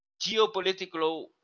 geopolitical